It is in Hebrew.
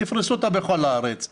תפרסו אותה בכל הארץ,